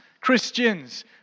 Christians